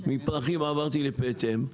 מפרחים עברתי לפטם,